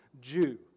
Jew